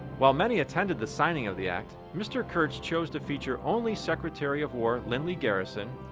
while many attended the signing of the act, mr. kurtz chose to feature only secretary of war, lindley garrison,